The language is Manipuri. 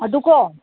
ꯑꯗꯨꯀꯣ